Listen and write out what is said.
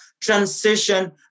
transition